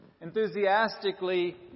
enthusiastically